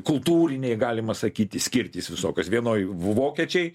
kultūriniai galima sakyti skirtys visokios vienoj vokiečiai